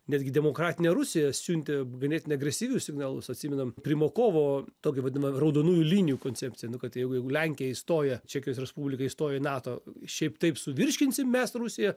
netgi demokratinė rusija siuntė ganėtinai agresyvius signalus atsimenam primakovo tokią vadinamą raudonųjų linijų koncepciją nu kad jei jeigu jau lenkija įstoja čekijos respublika įstoja į nato šiaip taip suvirškinsim mes rusija